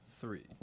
three